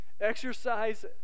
Exercise